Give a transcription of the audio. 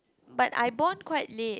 but I born quite late